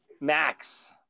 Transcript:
Max